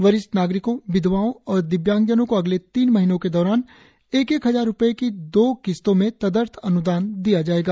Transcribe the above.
वरिष्ठ नागरिकों विधवाओं और दिव्यांगजनों को अगले तीन महीनों के दौरान एक एक हजार रूपये की दो किस्तों में तदर्थ अन्दान दिया जाएगा